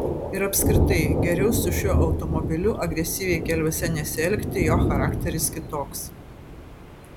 ir apskritai geriau su šiuo automobiliu agresyviai keliuose nesielgti jo charakteris kitoks